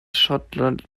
schottland